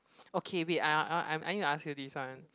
okay wait I I I I'm need to ask you this one